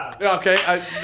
Okay